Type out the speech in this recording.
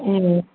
ए